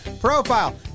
profile